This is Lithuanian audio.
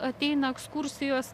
ateina ekskursijos